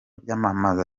byamamaza